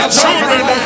children